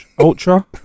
Ultra